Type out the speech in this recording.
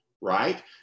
right